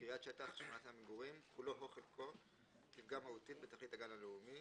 "תכנית למגורים בתחום שכונת מגורים קיימת בגן לאומי